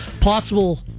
possible